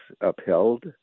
upheld